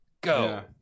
Go